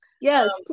Yes